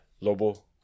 Lobo